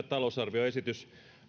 talousarvioesitys